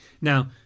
Now